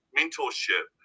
mentorship